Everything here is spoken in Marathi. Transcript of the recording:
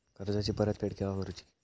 कर्जाची परत फेड केव्हा करुची?